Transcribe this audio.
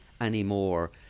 anymore